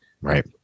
Right